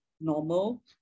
normal